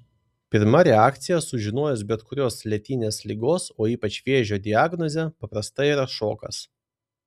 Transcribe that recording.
pirma reakcija sužinojus bet kurios lėtinės ligos o ypač vėžio diagnozę paprastai yra šokas